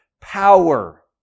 power